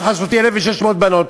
תחת חסותי 1,600 בנות,